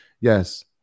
yes